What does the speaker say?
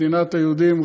מדינת היהודים,